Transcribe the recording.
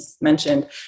mentioned